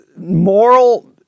moral